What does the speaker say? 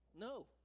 No